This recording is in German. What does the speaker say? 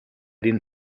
den